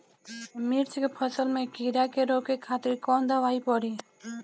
मिर्च के फसल में कीड़ा के रोके खातिर कौन दवाई पड़ी?